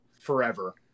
forever